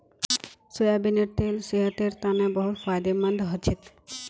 सोयाबीनेर तेल सेहतेर तने बहुत फायदामंद हछेक